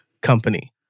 company